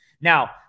Now